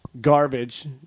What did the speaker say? garbage